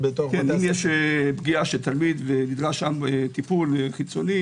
אם יש פגיעת תלמיד ונדרש טיפול חיצוני